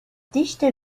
dichte